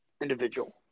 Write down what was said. individual